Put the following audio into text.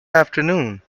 afternoon